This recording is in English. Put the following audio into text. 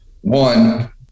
one